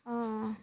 অঁ অঁ